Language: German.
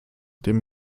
dem